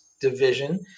division